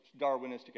Darwinistic